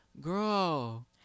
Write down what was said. girl